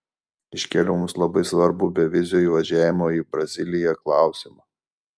iškėliau mums labai svarbų bevizio įvažiavimo į braziliją klausimą